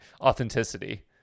authenticity